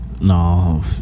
No